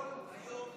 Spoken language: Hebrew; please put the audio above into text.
כל היום שמיות.